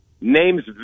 names